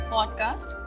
Podcast